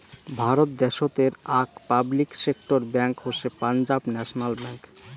ভারত দ্যাশোতের আক public sector bank হসে পাঞ্জাব ন্যাশনাল ব্যাঙ্ক